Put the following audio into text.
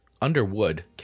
Underwood